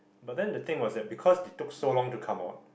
but then the thing was that because they took so long to come out